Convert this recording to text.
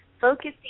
Focusing